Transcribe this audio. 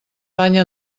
banya